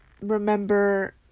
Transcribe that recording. remember